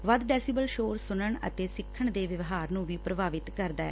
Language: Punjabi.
ਜ਼ਿਆਦਾ ਡੇਸੀਬਲ ਸ਼ੋਰ ਸੁਣਨ ਅਤੇ ਸਿੱਖਣ ਦੇ ਵਿਵਹਾਰ ਨੂੰ ਵੀ ਪ੍ਰਭਾਵਿਤ ਕਰਦੈ